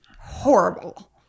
Horrible